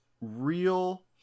real